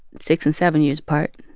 six and seven years apart.